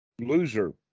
loser